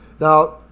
Now